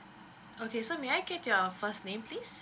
okay so may I get your first name please